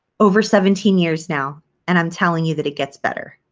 over seventeen years now and i'm telling you that it gets better.